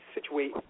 situate